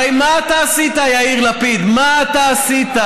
הרי מה אתה עשית, יאיר לפיד, מה אתה עשית.